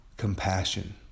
Compassion